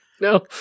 No